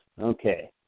Okay